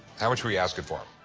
how much were you asking for